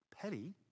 petty